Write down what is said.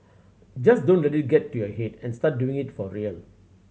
just don't let it get to your head and start doing it for real